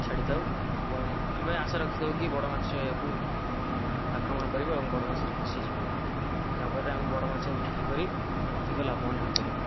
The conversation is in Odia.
ଛାଡ଼ିଥାଉ ଏବଂ ଆମେ ଆଶା ରଖିଥାଉ କି ବଡ଼ମାଛ ଏହାକୁ ଆକ୍ରମଣ କରିବ ଏବଂ ବଡ଼ମାଛ ଫସିଯିବ ଯାହାଫଳରେ ଆମେ ବଡ଼ମାଛ ବିକ୍ରିକରି ଅଧିକ ଲାଭବାନ ହୋଇପାରିବୁ